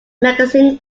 magazine